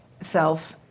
self